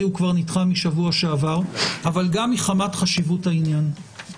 הוא כבר נדחה משבוע שעבר אבל גם מחמת חשיבות העניין.